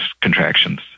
contractions